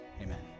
Amen